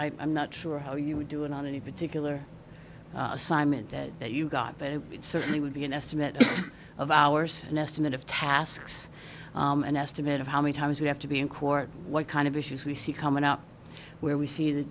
that i'm not sure how you would do it on any particular assignment that you got but it certainly would be an estimate of hours an estimate of tasks an estimate of how many times we have to be in court what kind of issues we see coming up where we see the